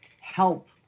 help